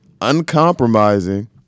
uncompromising